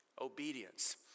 obedience